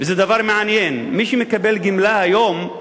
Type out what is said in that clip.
וזה דבר מעניין, מי שמקבל גמלה היום,